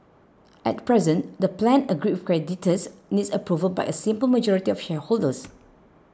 at present the plan agreed with creditors needs approval by a simple majority of shareholders